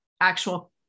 actual